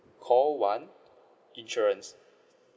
call one insurance